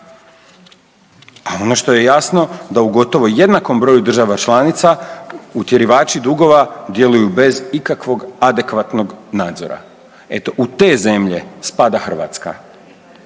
a ono što je jasno da u gotovo jednakom broju država članica utjerivači dugova djeluju bez ikakvog adekvatnog nadzora. Eto, u te zemlje spada Hrvatska.